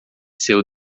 seu